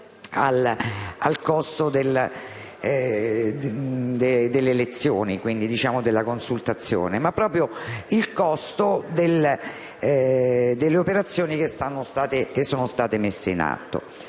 al costo delle elezioni e della consultazione, ma al costo delle operazioni che sono state messe in atto.